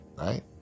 right